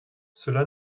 cela